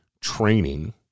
training